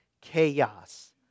Chaos